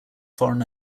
foreign